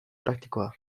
praktikoa